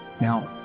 now